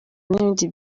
n’ibindi